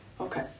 Okay